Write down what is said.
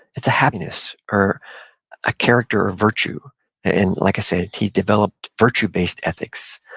it's a happiness, or a character of virtus. and like i said, he developed virtue-based ethics.